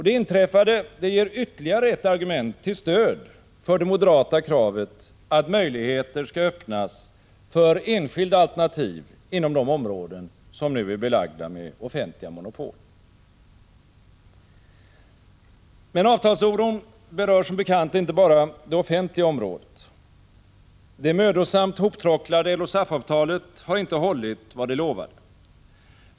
Det inträffade ger ytterligare ett argument till stöd för det moderata kravet att möjligheter skall öppnas för enskilda alternativ inom de områden som nu är belagda med offentliga monopol. Men avtalsoron berör som bekant inte bara det offentliga området. Det mödosamt hoptråcklade LO/SAF-avtalet har inte hållit vad det lovade.